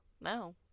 no